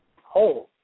hold